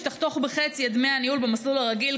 שתחתוך בחצי את דמי הניהול במסלול הרגיל,